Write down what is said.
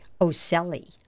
Ocelli